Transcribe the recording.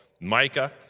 Micah